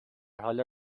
حال